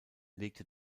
legte